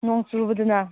ꯅꯣꯡ ꯆꯨꯕꯗꯨꯅ